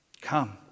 come